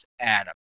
Adam